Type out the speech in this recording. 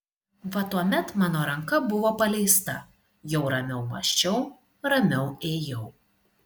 va tuomet mano ranka buvo paleista jau ramiau mąsčiau ramiau ėjau